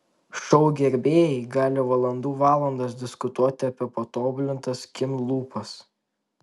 šou gerbėjai gali valandų valandas diskutuoti apie patobulintas kim lūpas